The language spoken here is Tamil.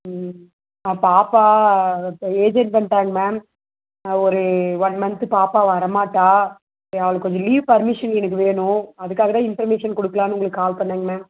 ம் பாப்பா ஏஜ் அட்டன் பண்ணிட்டாங்க மேம் ஒரு ஒன் மன்த் பாப்பா வர மாட்டாள் அவளுக்கு கொஞ்சம் லீவ் பெர்மிஷன் இன்னிக்கு வேணும் அதுக்காகதான் இன்ஃபர்மேஷன் கொடுக்கலானு கால் பண்ணிணேங்க மேம்